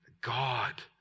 God